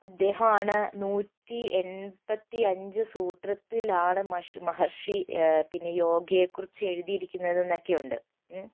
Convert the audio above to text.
അദ്ദേഹമാണ് നൂറ്റി എൺപത്തിയഞ്ച് സൂത്രത്തിലാണ് മഷ് മഹർഷി പിന്നെ യോഗയെക്കുറിച്ച് എഴുതിയിരിക്കുന്നത് എന്ന് ഒക്കെയുണ്ട് ഉം